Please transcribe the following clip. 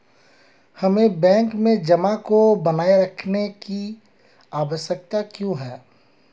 हमें बैंक में जमा को बनाए रखने की आवश्यकता क्यों है?